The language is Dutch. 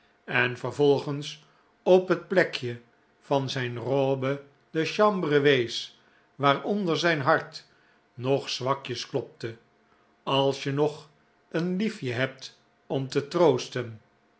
en vervolgens op het plekje van zijn robe de chambre wees waaronder zijn hart nog zwakjes klopte als je nog een lief je hebt om te troosten